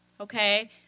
okay